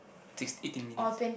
six eighteen minutes